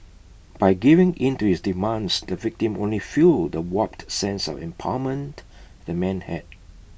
by giving in to his demands the victim only fuelled the warped sense of empowerment the man had